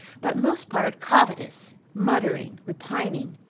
but most part covetous, muttering, repining,